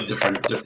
different